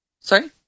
Sorry